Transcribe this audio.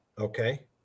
Okay